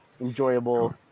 enjoyable